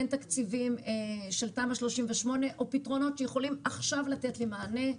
אין תקציבים של תמ"א 38 או פתרונות שיכולים עכשיו לתת לי מענה.